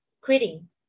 quitting